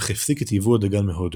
אך הפסיק את ייבוא הדגן מהודו.